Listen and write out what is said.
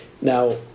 Now